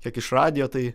kiek iš radijo tai